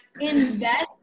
invest